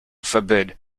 forbid